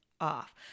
off